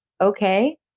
okay